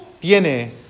tiene